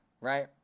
right